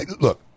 Look